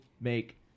make